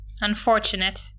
Unfortunate